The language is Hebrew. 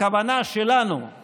הכוונה שלנו היא